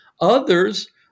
Others